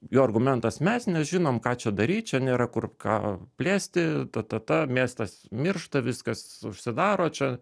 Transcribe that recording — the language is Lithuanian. jo argumentas mes nežinom ką čia daryt čia nėra kur ką plėsti ta ta ta miestas miršta viskas užsidaro čia